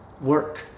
work